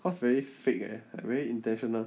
because very fake eh very intentional